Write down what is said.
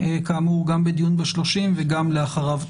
בדיון ב-30, וגם לאחריו.